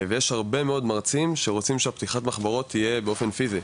יש הרבה מאוד מרצים שרוצים שפתיחת המחברות תהיה באופן פיזי,